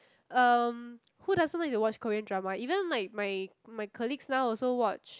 um who doesn't like to watch Korean drama even like my my colleagues now also watch